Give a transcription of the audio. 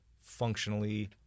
functionally